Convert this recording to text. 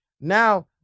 now